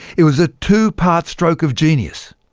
it was a two-part stroke of genius.